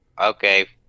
Okay